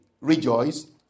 Rejoice